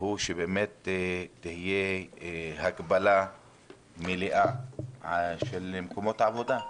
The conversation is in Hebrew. הוא שבאמת תהיה הגבלה מלאה של מקומות העבודה.